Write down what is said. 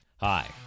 Hi